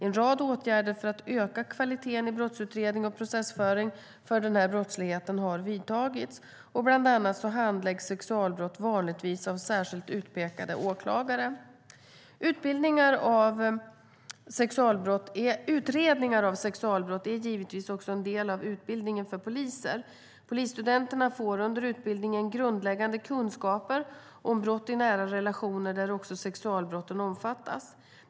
En rad åtgärder för att öka kvaliteten i brottsutredning och processföring för denna brottslighet har vidtagits. Bland annat handläggs sexualbrott vanligtvis av särskilt utpekade åklagare. Utredningar av sexualbrott är givetvis också en del av utbildningen för poliser. Polisstudenterna får under utbildningen grundläggande kunskaper om brott i nära relationer, där också sexualbrotten omfattas.